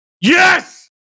yes